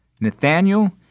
Nathaniel